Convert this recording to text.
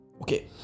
Okay